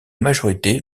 majorité